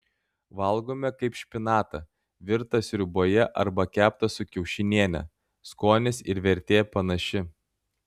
valgome kaip špinatą virtą sriuboje arba keptą su kiaušiniene skonis ir vertė panaši